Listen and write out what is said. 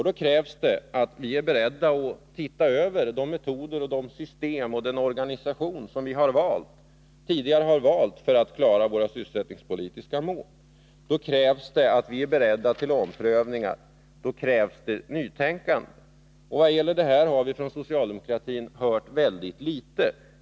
Då krävs det att vi beredda att se över de metoder, de system och den organisation som vi tidigare har valt för att nå våra sysselsättningspolitiska mål. Då krävs det att vi är beredda till omprövningar och nytänkande. Vad gäller detta har vi från socialdemokratin hört väldigt litet.